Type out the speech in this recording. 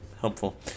helpful